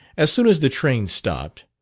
as soon as the train stopped,